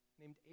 named